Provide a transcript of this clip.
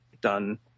done